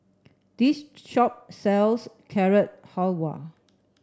this shop sells Carrot Halwa